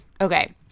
Okay